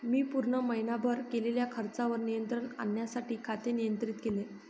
मी पूर्ण महीनाभर केलेल्या खर्चावर नियंत्रण आणण्यासाठी खाते नियंत्रित केले